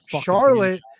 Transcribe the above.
Charlotte